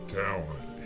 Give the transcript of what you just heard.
talent